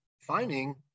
finding